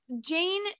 Jane